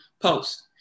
post